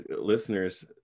Listeners